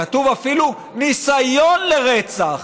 כתוב: אפילו ניסיון לרצח.